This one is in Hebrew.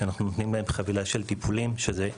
שנותנת להם חבילה של טיפולים פסיכולוגיים,